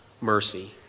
mercy